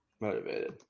motivated